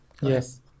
yes